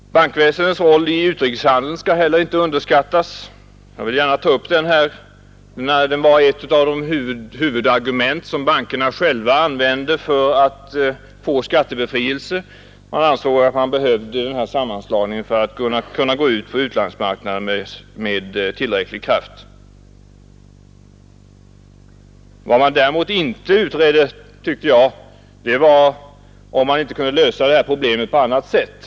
Bankväsendets roll i utrikeshandeln bör inte heller underskattas. Jag vill gärna ta upp också detta, eftersom ett av de huvudargument som bankerna själva framförde för att få skattebefrielse var att de ansåg att sammanslagningar var nödvändiga för att bankerna skulle kunna gå ut på utlandsmarknaden med tillräcklig kraft. Vad som däremot enligt min mening inte utreddes var om dessa problem inte kunde lösas på annat sätt.